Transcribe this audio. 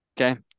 Okay